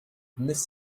miss